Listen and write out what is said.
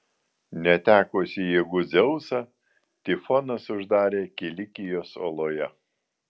netekusį jėgų dzeusą tifonas uždarė kilikijos oloje